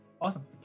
Awesome